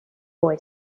boy